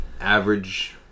average